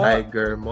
Tiger